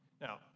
Now